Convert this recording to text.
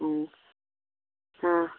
ꯎꯝ ꯑꯥ